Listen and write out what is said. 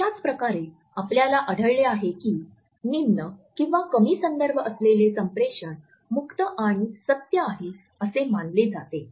तशाच प्रकारे आपल्याला आढळले आहे की निम्न किंवा कमी संदर्भ असलेले संप्रेषण मुक्त आणि सत्य आहे असे मानले जाते